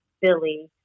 Billy